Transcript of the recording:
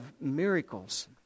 miracles